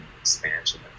expansion